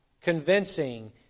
convincing